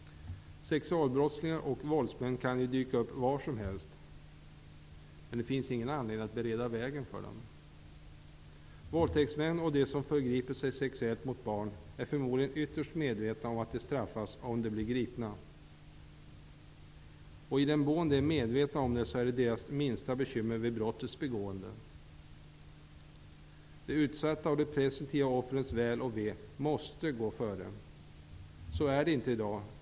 Sexualbrottslingar och våldsmän kan ju dyka upp var som helst. Men det finns ingen anledning att bereda vägen för dem. Våldtäktsmän och de som förgriper sig sexuellt på barn är förmodligen ytterst medvetna om att de straffas om de blir gripna. I den mån de är medvetna om det är det deras minsta bekymmer vid brottets begående. De utsatta och de presumtiva offrens väl och ve måste gå före. Så är det inte i dag.